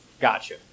gotcha